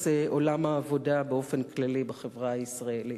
עולם העבודה באופן כללי בחברה הישראלית.